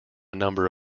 number